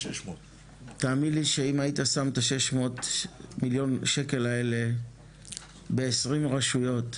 תאמין לי שאם היית שם את ה-600 מיליון שקל האלה בעשרים רשויות,